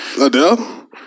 Adele